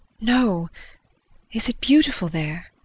no is it beautiful there?